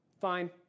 Fine